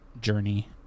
journey